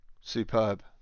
Superb